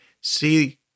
see